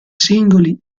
singoli